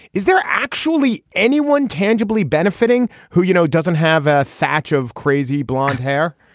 is there actually anyone tangibly benefiting who you know doesn't have a thatch of crazy blond hair